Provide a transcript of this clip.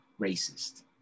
racist